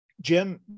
Jim